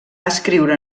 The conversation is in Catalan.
escriure